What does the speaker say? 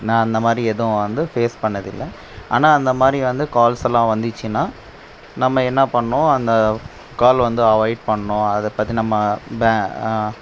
நான் அந்தமாதிரி எதுவும் வந்து ஃபேஸ் பண்ணதில்ல ஆனால் அந்த மாதிரி வந்து கால்ஸல்லாம் வந்துச்சுனா நம்ம என்ன பண்ணணும் அந்த கால் வந்து அவாய்ட் பண்ணும் அதை பற்றி நம்ம